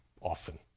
often